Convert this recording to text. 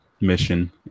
mission